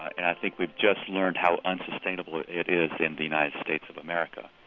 i think we've just learned how unsustainable it is in the united states of america,